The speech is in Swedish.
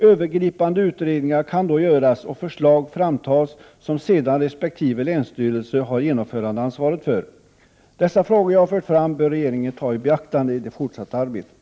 Övergripande utredningar kan då göras och förslag framtas som sedan resp. länsstyrelse har genomförandeansvaret för. De synpunkter jag här har fört fram bör regeringen ta i beaktande i det fortsatta arbetet.